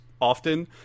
often